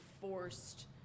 forced